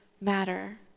matter